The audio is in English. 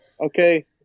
okay